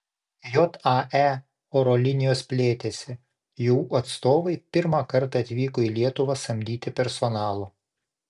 jae oro linijos plėtėsi jų atstovai pirmą kartą atvyko į lietuvą samdyti personalo